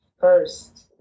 first